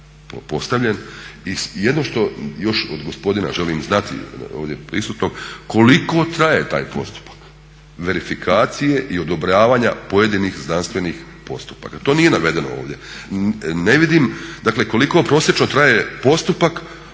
postavljen. Jedino što još od gospodina želim znati ovdje prisutnog koliko traje taj postupak verifikacije i odobravanja pojedinih znanstvenih postupaka. To nije navedeno ovdje. Ne vidim, dakle koliko prosječno traje postupak